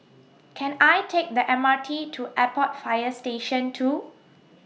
Can I Take The M R T to Airport Fire Station two